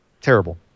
Terrible